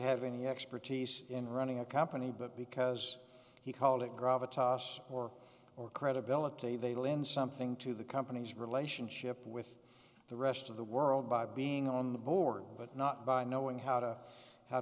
have any expertise in running a company but because he called it gravitas or or credibility they lend something to the company's relationship with the rest of the world by being on the board but not by knowing how to how